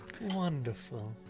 Wonderful